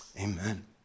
amen